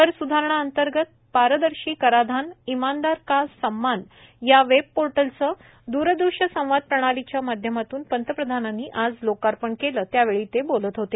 कर स्धारणांतर्गत पारदर्शी कराधान इमानदार का सम्मान या वेब पोर्टलचं दूरदृश्य संवाद प्रणालीच्या माध्यमातून पंतप्रधानांनी आज लोकार्पण केलं त्यावेळी ते बोलत होते